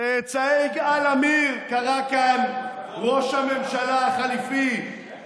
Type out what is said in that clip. צאצאי יגאל עמיר, קרא כאן ראש הממשלה החליפי.